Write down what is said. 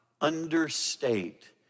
understate